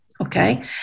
Okay